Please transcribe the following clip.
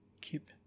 Keep